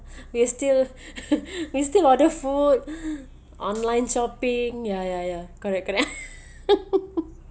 we'll still we still order food online shopping ya ya ya correct correct